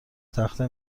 تخته